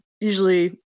usually